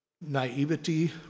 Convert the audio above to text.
naivety